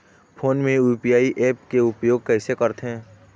Phone मे UPI app के उपयोग कइसे करथे?